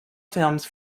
films